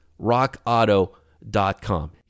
RockAuto.com